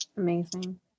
amazing